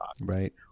right